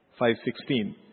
5.16